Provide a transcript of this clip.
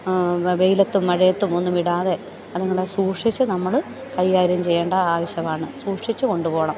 വെയിലത്തും മഴയത്തും ഒന്നും വിടാതെ അതുങ്ങളെ സൂക്ഷിച്ചു നമ്മൾ കൈകാര്യം ചെയ്യേണ്ട ആവശ്യമാണ് സൂക്ഷിച്ചു കൊണ്ട് പോകണം